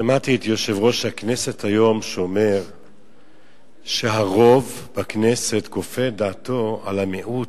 שמעתי את יושב-ראש הכנסת אומר היום שהרוב בכנסת כופה את דעתו על המיעוט.